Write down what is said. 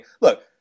look